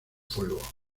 fuego